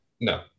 No